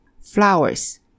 flowers